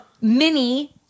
mini